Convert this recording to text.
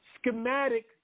schematic